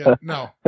No